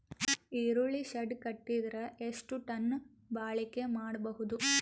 ಈರುಳ್ಳಿ ಶೆಡ್ ಕಟ್ಟಿದರ ಎಷ್ಟು ಟನ್ ಬಾಳಿಕೆ ಮಾಡಬಹುದು?